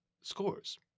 scores